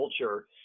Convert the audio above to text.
culture